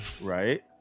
right